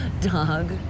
dog